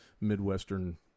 Midwestern